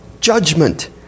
judgment